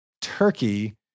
Turkey